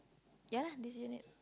ya lah this unit